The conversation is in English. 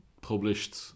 published